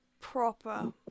proper